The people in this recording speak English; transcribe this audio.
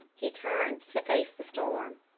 he turned to face the storm.